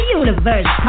universe